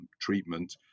treatment